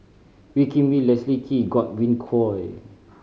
Wee Kim Wee Leslie Kee Godwin Koay